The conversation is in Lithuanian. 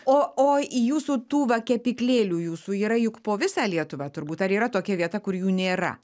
o o į jūsų tų va kepyklėlių jūsų yra juk po visą lietuvą turbūt ar yra tokia vieta kur jų nėra